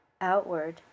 outward